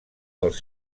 dels